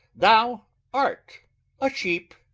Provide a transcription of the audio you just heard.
thou art a sheep.